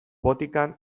botikan